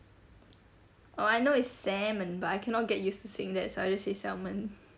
orh I know it's salmon but I cannot get used to saying that so I just say salmon